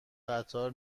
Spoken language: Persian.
قطار